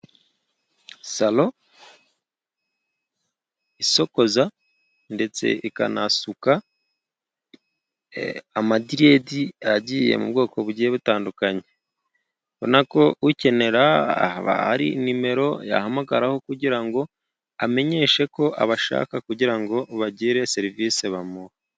Saro isokoza ndetse ikanasuka amadiredi agiye mu bwoko bugiye butandukanye. Ubona ko ukenera hari nimero yahamagararaho kugira ngo amenyeshe ko abashaka, kugira ngo bagire serivisi bamuha.